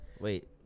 Wait